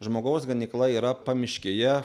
žmogaus ganykla yra pamiškėje